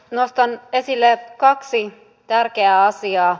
nostan esille kaksi tärkeää asiaa